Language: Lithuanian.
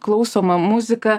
klausomą muziką